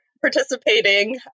participating